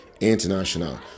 International